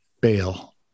Bail